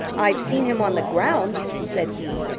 i've seen him on the ground, said he,